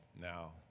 now